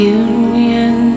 union